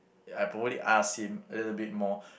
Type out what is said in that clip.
ya I'd probably ask him a little bit more